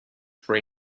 for